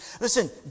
listen